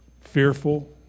fearful